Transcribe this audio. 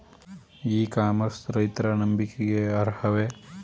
E commerce ರೈತರ ನಂಬಿಕೆಗೆ ಅರ್ಹವೇ?